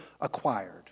acquired